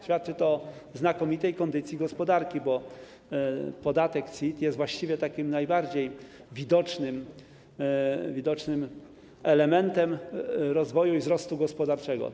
Świadczy to o znakomitej kondycji gospodarki, bo podatek CIT jest właściwie takim najbardziej widocznym elementem rozwoju i wzrostu gospodarczego.